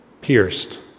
pierced